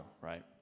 right